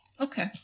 Okay